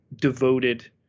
devoted